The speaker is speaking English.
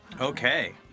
Okay